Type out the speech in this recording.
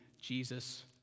Jesus